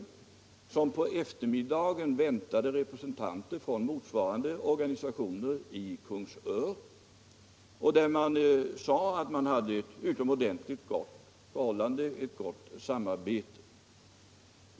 Man väntade då på eftermiddagen representanter för motsvarande organisationer i Kungsör och sade att man hade ett utomordentligt gott samarbete med dem.